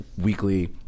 weekly